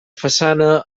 façana